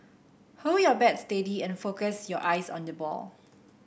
hold your bat steady and focus your eyes on the ball